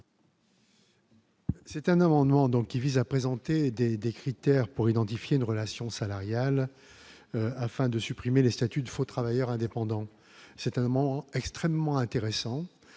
C'est un amendement donc qui vise à présenter des des critères pour identifier une relation salariale afin de supprimer le statut de faux travailleurs indépendants, c'est un moment extrêmement intéressant